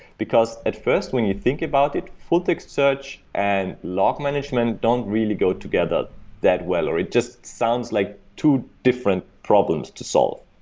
because, at first, when you think about it, full-text search and log management don't really go together that well, or it just sounds like two different problems to solve.